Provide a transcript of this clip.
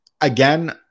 Again